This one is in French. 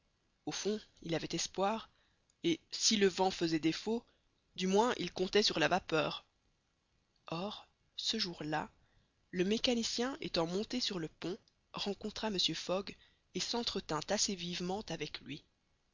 au fond il avait espoir et si le vent faisait défaut du moins il comptait sur la vapeur or ce jour-là le mécanicien étant monté sur le pont rencontra mr fogg et s'entretint assez vivement avec lui